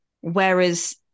Whereas